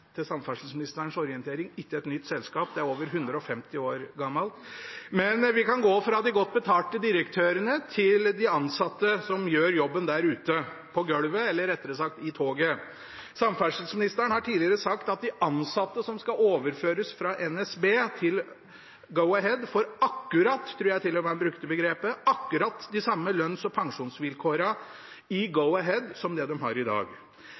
til samferdselsministerens orientering, ikke et nytt selskap, det er over 150 år gammelt. Men vi kan gå fra de godt betalte direktørene til de ansatte som gjør jobben der ute på golvet, eller rettere sagt i toget. Samferdselsministeren har tidligere sagt at de ansatte som skal overføres fra NSB til Go-Ahead, får akkurat – jeg tror til og med han brukte det begrepet – akkurat de samme lønns- og pensjonsvilkårene i Go-Ahead som det de har i dag.